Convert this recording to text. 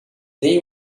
they